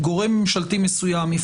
גורם ממשלתי מסוים,